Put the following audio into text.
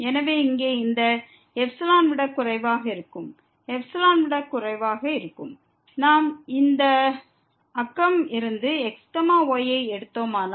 எனவே இங்கே இந்த εஐ விட குறைவாக இருக்கும் εஐ விட குறைவாக இருக்கும் நாம் இந்த நெய்பர்ஹுட்டில் இருந்து x y ஐ எடுத்தோமானால்